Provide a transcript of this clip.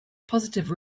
positive